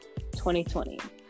2020